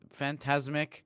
Fantasmic